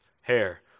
hair